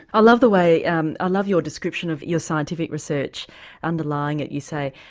i love the way, and ah love your description of your scientific research underlying it you say,